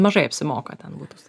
mažai apsimoka ten būtų